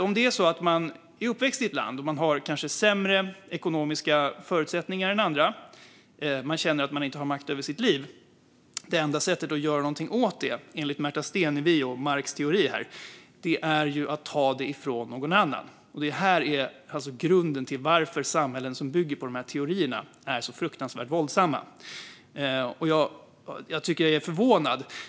Om man är uppväxt i ett land och har sämre ekonomiska förutsättningar än andra, om man känner att man inte har makt över sitt liv, är det enda sättet att göra någonting åt det att ta det från någon annan, detta enligt Märta Stenevis och Marx teori. Det här är alltså grunden till att samhällen som bygger på dessa teorier är så fruktansvärt våldsamma.